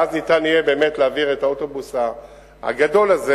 ואז ניתן יהיה באמת להעביר את האוטובוס הגדול הזה